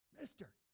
Mister